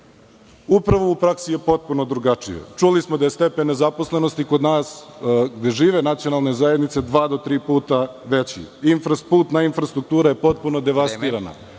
razvoja. U praksi je potpuno drugačije. Čuli smo da je stepen nezaposlenosti kod nas, gde žive nacionalne zajednice, dva do tri puta veći. Putna infrastruktura je potpuno devastirana.